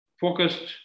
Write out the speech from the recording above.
focused